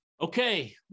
Okay